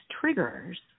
triggers